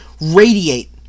radiate